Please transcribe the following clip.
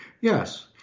yes